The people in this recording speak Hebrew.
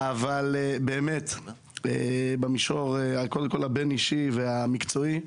אבל באמת, במישור הבין אישי והמקצועי,